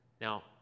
Now